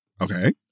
okay